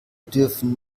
dürfen